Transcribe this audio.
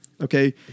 Okay